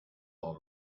all